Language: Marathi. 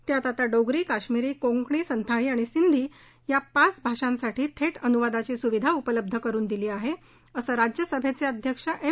त्यात आता डोगरी काश्मिरी कोंकणी संथाळी आणि सिंधी या पाच भाषांसाठीची थेट अनुवादाची सुविधा उपलब्ध करुन दिली आहे असं राज्यसभेचे अध्यक्ष एम